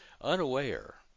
unaware